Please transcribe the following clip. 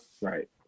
Right